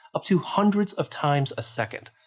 up to hundreds of times a second.